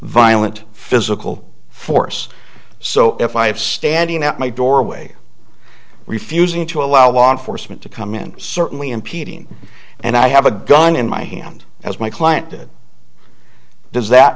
violent physical force so if i have standing at my doorway refusing to allow law enforcement to come in certainly impeding and i have a gun in my hand as my client did does that